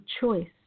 choice